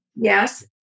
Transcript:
Yes